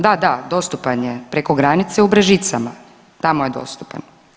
Da, da, dostupan je preko granice u Brežicama, tamo je dostupan.